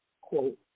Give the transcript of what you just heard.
quote